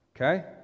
Okay